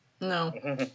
No